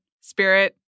Spirit